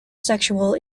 sexual